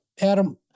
Adam